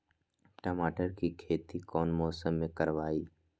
टमाटर की खेती कौन मौसम में करवाई?